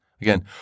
Again